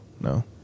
No